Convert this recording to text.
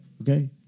Okay